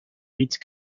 rite